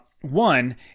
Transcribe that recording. One